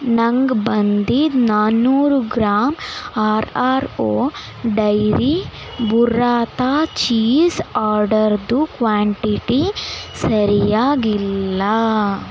ನಂಗೆ ಬಂದಿದ್ದ ನಾನ್ನೂರು gram R R O dairy burrata cheese ಆರ್ಡರ್ದು ಕ್ವಾಂಟಿಟಿ ಸರಿಯಾಗಿಲ್ಲ